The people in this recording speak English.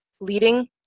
leading